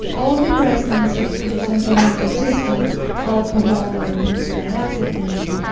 all depressants of the central nervous system alcohol, or benzodiazepines,